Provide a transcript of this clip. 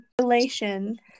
relation